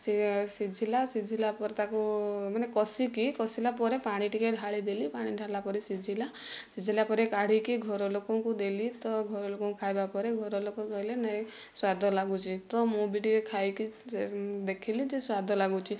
ସିଏ ସିଝିଲା ସିଝିଲା ପରେ ତାକୁ ମାନେ କଷିକି କଷିଲା ପରେ ପାଣି ଟିକିଏ ଢାଳିଦେଲି ପାଣି ଢାଳିଲା ପରେ ସିଝିଲା ସିଝିଲା ପରେ କାଢ଼ିକି ଘର ଲୋକଙ୍କୁ ଦେଲି ତ ଘରଲୋକ ଖାଇବା ପରେ ଘରଲୋକ କହିଲେ ନାଇଁ ସ୍ୱାଦ ଲାଗୁଛି ତ ମୁଁ ବି ଟିକିଏ ଖାଇକି ଦେଖିଲି ଯେ ସ୍ୱାଦ ଲାଗୁଛି